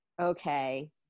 okay